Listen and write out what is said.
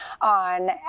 on